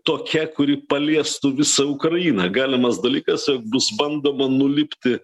tokia kuri paliestų visą ukrainą galimas dalykas bus bandoma nulipti